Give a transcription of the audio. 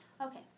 Okay